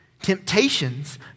Temptations